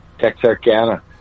Texarkana